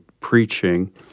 Preaching